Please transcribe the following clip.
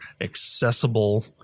accessible